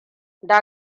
da